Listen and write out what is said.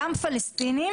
גם פלסטינים